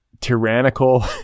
tyrannical